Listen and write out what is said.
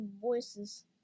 voices